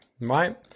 right